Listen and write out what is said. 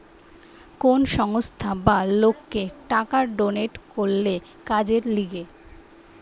কোন সংস্থা বা লোককে টাকা ডোনেট করলে কাজের লিগে